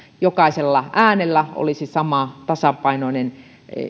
jokaisella äänellä olisi sama tasapainoinen